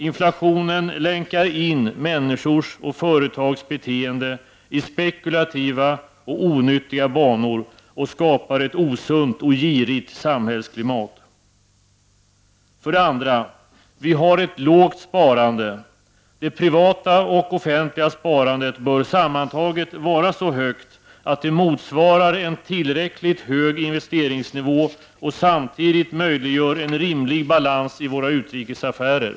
Inflationen länkar in människors och företags beteende i spekulativa och onyttiga banor och skapar ett osunt och girigt samhällsklimat. För det andra: Vi har ett lågt sparande. Det privata och offentliga sparandet bör sammantaget vara så högt att det motsvarar en tillräckligt hög investeringsnivå och samtidigt möjliggör en rimlig balans i våra utrikesaffärer.